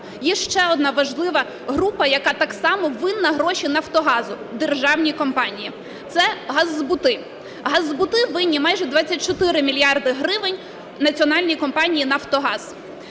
Є ще одна важлива група, яка так само винна гроші "Нафтогазу", державних компаній – це газзбути. Газзбути винні майже 24 мільярди гривень національній компанії "Нафтогаз".